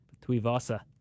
Tuivasa